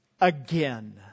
again